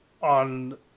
on